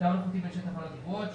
קו אלחוטי בין שתי תחנות קבועות,